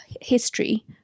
history